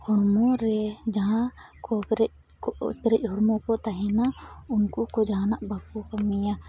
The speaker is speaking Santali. ᱦᱚᱲᱢᱚᱨᱮ ᱡᱟᱦᱟᱸ ᱯᱮᱨᱮᱡ ᱦᱚᱲᱢᱚᱠᱚ ᱛᱟᱦᱮᱱᱟ ᱩᱱᱠᱩᱠᱚ ᱡᱟᱦᱟᱱᱟᱜ ᱵᱟᱠᱚ ᱠᱟᱹᱢᱤᱭᱟ